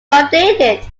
updated